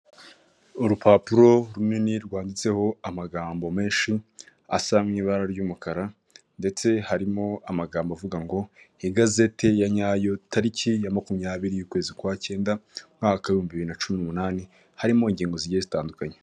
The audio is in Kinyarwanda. Urupapuro runini rwanditseho amagambo menshi asa mu ibara ry'umukara ndetse harimo amagambo avuga ngo, igazeti ya nyayo tariki ya makumyabiri ukwezi kwa cyenda umwaka w'ibihumbi biri na cumi n'umumuani, harimo ingingo zigiye zitandukanye.